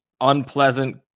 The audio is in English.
unpleasant